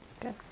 Good